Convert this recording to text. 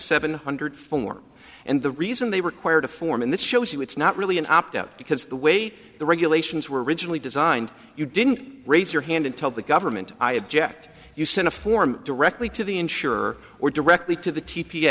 seven hundred form and the reason they required a form and this shows you it's not really an opt out because the way the regulations were originally designed you didn't raise your hand and tell the government i object you send a form directly to the insurer or directly to the t p